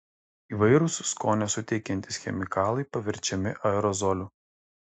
įvairūs skonio suteikiantys chemikalai paverčiami aerozoliu